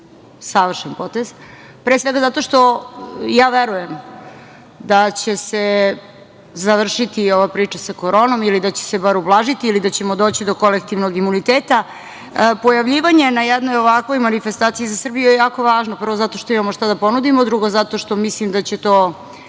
savršen potez. Pre svega zato što verujem da će se završiti ova priča sa koronom ili će se bar ublažiti ili da ćemo doći do kolektivnog imuniteta. Pojavljivanje na jednoj ovakvoj manifestaciji za Srbiju je jako važno prvo zato što imamo šta da ponudimo, drugo zato što mislim da će to